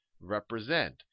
represent